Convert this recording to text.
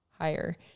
higher